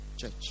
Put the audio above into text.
church